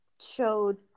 showed